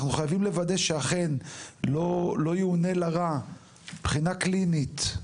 אנחנו חייבים לוודא שאכן לא יעונה לה רע מבחינה קלינית,